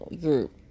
group